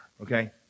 okay